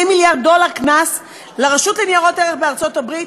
קנס לרשות לניירות ערך בארצות-הברית.